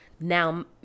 Now